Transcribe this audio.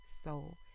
soul